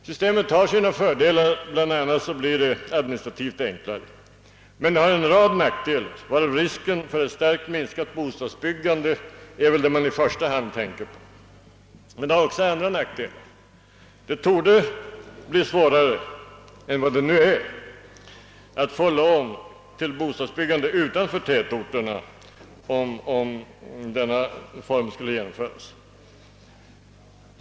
Systemet har sina fördelar; bland annat blir det administrativt enklare. Men det har en rad nackdelar, varav risken för starkt minskat bostadsbyggande väl är vad man i första hand tänker på. En annan nackdel är att det torde bli svårare än nu att få lån till bostadsbyggande utanför tätorterna, om denna form genomföres.